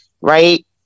Right